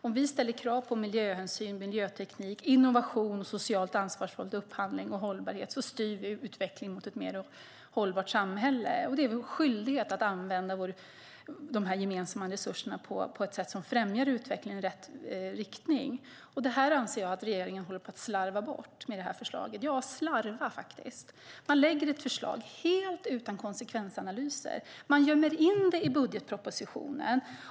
Om vi ställer krav på miljöhänsyn, miljöteknik, innovation och socialt ansvarsfull upphandling och hållbarhet styr vi utvecklingen mot ett mer hållbart samhälle. Det är vår skyldighet att använda de gemensamma resurserna på ett sätt som främjar utvecklingen, så att utvecklingen går i rätt riktning. Det anser jag att regeringen håller på att slarva bort med förslaget. Ja, slarva faktiskt. Man lägger fram ett förslag helt utan konsekvensanalyser. Man gömmer det i budgetpropositionen.